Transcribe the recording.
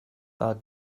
add